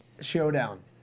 showdown